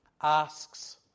asks